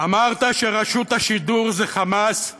אמרת שרשות השידור זה "חמאס"